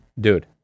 Dude